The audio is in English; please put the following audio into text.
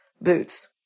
Boots